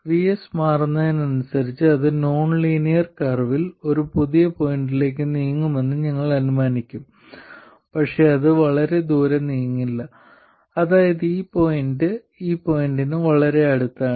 VS മാറുന്നതിനനുസരിച്ച് അത് nonlinear കർവിൽ ഒരു പുതിയ പോയിന്റിലേക്ക് നീങ്ങുമെന്ന് ഞങ്ങൾ അനുമാനിക്കും പക്ഷേ അത് വളരെ ദൂരെ നീങ്ങില്ല അതായത് ഈ പോയിന്റ് ഈ പോയിന്റിന് അടുത്താണ്